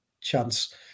chance